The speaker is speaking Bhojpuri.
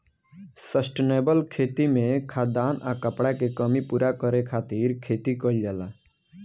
सस्टेनेबल खेती में खाद्यान आ कपड़ा के कमी पूरा करे खातिर खेती कईल जाला